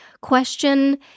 question